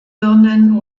birnen